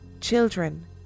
Children